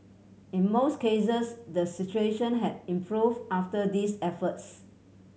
in most cases the situation had improved after these efforts